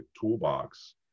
toolbox